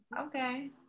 Okay